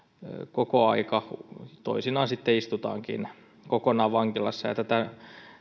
koko aika toisinaan sitten istutaankin kokonaan vankilassa ja tätä